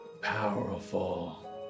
Powerful